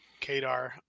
Kadar